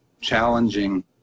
challenging